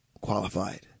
qualified